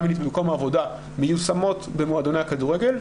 מינית במקום העבודה מיושמות במועדוני הכדורגל.